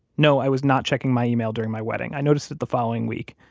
no, i was not checking my email during my wedding. i noticed it the following week.